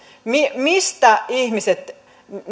mistä mistä ihmiset